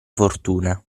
fortuna